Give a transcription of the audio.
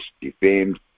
defamed